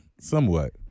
Somewhat